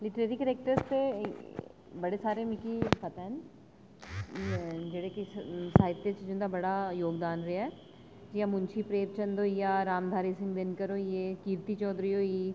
literary characters दे बड़े सारे मिगी पता न जेह्ड़े कि साहित्य च जिन्दा जोगदान रेहा ऐ जियां मुंशी प्रेमचंद होइया रामधारी सिंह 'दिनकर' होइये कीर्ति चौधरी होई